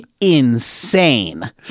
insane